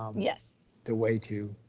um yeah the way to